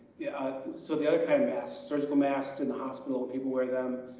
so the other kind of mask surgical masks in the hospital but people wear them